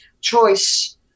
choice